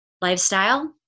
lifestyle